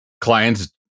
clients